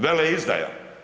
Veleizdaja.